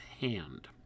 hand